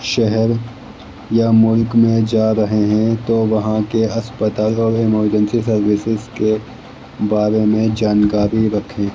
شہر یا ملک میں جا رہے ہیں تو وہاں کے اسپتالوں اور ایمرجنسی سروسس کے بارے میں جانکاری رکھیں